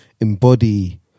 embody